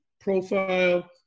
profile